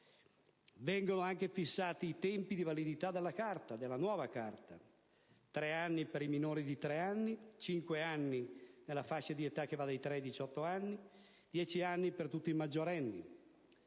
Vengono anche fissati i tempi di validità della nuova carta: tre anni per i minori di tre anni, cinque anni nella fascia di età che va dai tre ai 18 anni, dieci anni per tutti i maggiorenni.